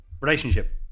relationship